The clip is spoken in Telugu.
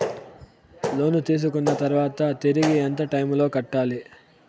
లోను తీసుకున్న తర్వాత తిరిగి ఎంత టైములో కట్టాలి